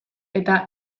eta